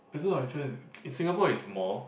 places of interest is Singapore is small